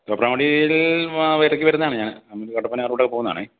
തോപ്രാങ്കുടിയിൽ ഇടയ്ക്ക് വരുന്നയാണ് ഞാൻ കട്ടപ്പന ആ റൂട്ടൊക്കെ പോകുന്നതാണേ